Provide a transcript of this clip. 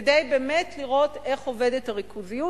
כדי באמת לראות איך עובדת הריכוזיות.